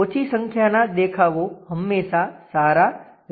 ઓછી સંખ્યાનાં દેખાવો હંમેશાં સારા રહે છે